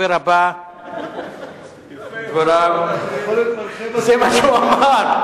זה מה שהוא אמר.